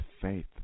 faith